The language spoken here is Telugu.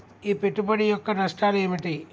ఈ పెట్టుబడి యొక్క నష్టాలు ఏమిటి?